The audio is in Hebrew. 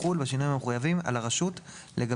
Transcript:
החל במילים "אולם לעניין הרשות"